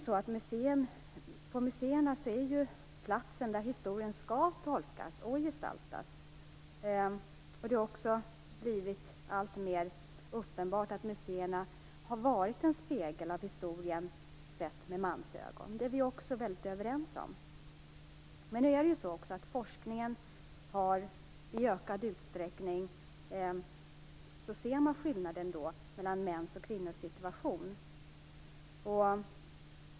Ett museum är ju en plats där historien skall tolkas och gestaltas. Det har också blivit alltmer uppenbart att museerna varit en spegel av historien; detta sett med mansögon. Det är vi också överens om. Men i fråga om forskningen ser man i ökad utsträckning en skillnad mellan mäns och kvinnors situation.